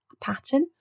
pattern